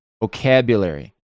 vocabulary